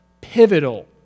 pivotal